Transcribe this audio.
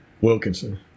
Wilkinson